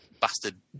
bastard